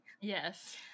Yes